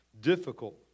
difficult